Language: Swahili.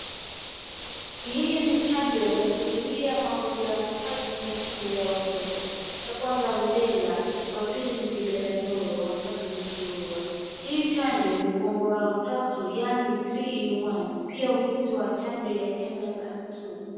Hii ni chanjo ya kuzuia magonjwa matatu muhimu ya watoto. Ya kwanza rubela, wa pili ni kiberanyoro, wa tatu ni surua. Hii chanjo ni kombora watatu yani three in one . Pia huitwa chanjo ya MMR Two .